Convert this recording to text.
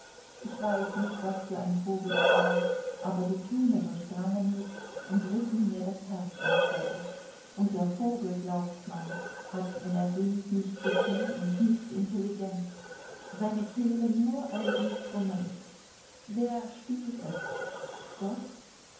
ich weiß nicht was für ein vogel es war aber die töne durchdrangen mich und rissen mir das herz empor und der vogel glaubt man hat wenn er singt nicht gefühl und nicht intelligenz seine kehle nur ein instrument wer spielt es gott